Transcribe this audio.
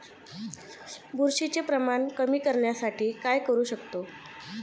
बुरशीचे प्रमाण कमी करण्यासाठी काय करू शकतो?